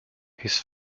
his